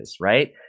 right